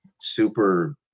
super